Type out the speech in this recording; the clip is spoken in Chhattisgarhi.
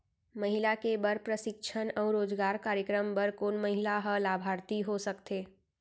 महिला के बर प्रशिक्षण अऊ रोजगार कार्यक्रम बर कोन महिला ह लाभार्थी हो सकथे?